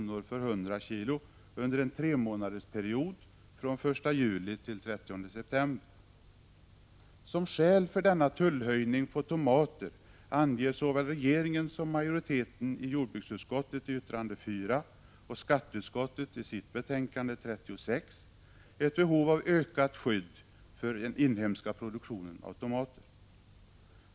för 100 kg under en tremånadersperiod fr.o.m. den 1 juli t.o.m. den 30 september. Som skäl för denna höjning av tullen på tomater anger såväl regeringen som majoriteten i jordbruksutskottet i yttrande 4 och skatteutskottet i sitt betänkande 36 ett behov av ökat skydd för den inhemska produktionen av tomater.